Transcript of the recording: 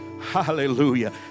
Hallelujah